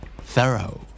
Thorough